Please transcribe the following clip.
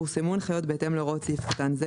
פורסמו הנחיות בהתאם להוראות סעיף קטן זה,